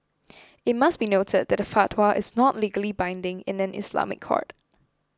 it must be noted that a fatwa is not legally binding in an Islamic court